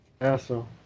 asshole